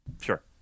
sure